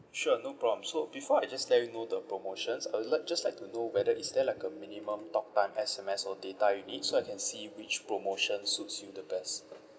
sure no problem so before I just let you know the promotions I'd like just like to know whether is there like a minimum talk time S_M_S or data you need so I can see which promotion suits you the best